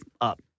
up